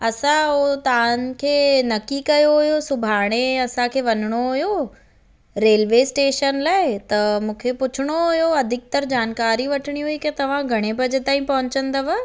असां जो तव्हांखे नक्की कयो हो सुभाणे असांंखे वञिणो हुयो रेलवे स्टेशन लाइ त मूंखे पुछिणो हुयो अधिक्तर जानकारी वठिणी हुई की तव्हां घणे बजे ताईं पहुचंदव